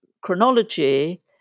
chronology